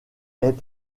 est